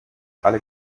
alle